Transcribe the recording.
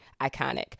iconic